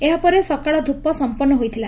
ଏହାପରେ ସକାଳ ଧ୍ରପ ସମ୍ମନୁ ହୋଇଥିଲା